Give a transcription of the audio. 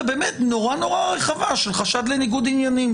מאוד מאוד רחבה של חשד לניגוד עניינים.